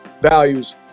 values